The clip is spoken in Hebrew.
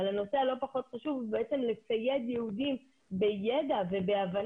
אבל הנושא הלא פחות חשוב הוא בעצם לצייד יהודים בידע ובהבנה